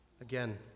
Again